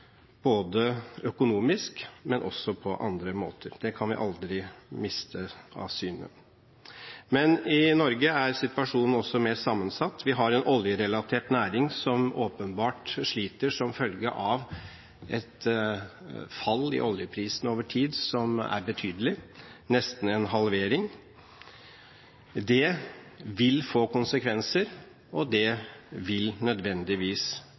både økonomisk og på andre måter. Det kan vi aldri miste av syne. Men i Norge er situasjonen også mer sammensatt. Vi har en oljerelatert næring som åpenbart sliter som følge av et fall i oljeprisene over tid som er betydelig, nesten en halvering. Det vil få konsekvenser, og det vil nødvendigvis